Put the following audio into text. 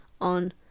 on